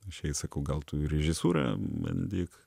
aš jai sakau gal tu ir režisūrą bandyk